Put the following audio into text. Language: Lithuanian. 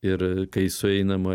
ir kai sueinama